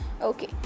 Okay